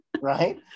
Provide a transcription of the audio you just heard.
right